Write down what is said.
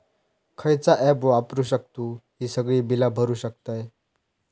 खयचा ऍप वापरू शकतू ही सगळी बीला भरु शकतय?